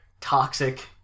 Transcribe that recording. toxic